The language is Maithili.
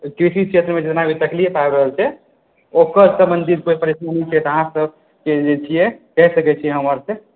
कृषि क्षेत्रमे जेनाकि तकलीफ आबि रहल छै ओकर सम्बन्धित कोइ परेशानी छै अहाँसभ जे छियै से कहि सकैत छियै हमरा आरसँ